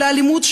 של האלימות,